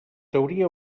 teoria